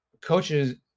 coaches